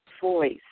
voice